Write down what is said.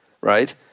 right